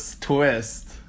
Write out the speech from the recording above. twist